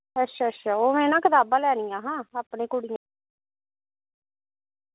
अच्छा अच्छा ओह् मैं ना कताबां लैनियां हां अपनी कुड़ियें